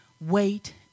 wait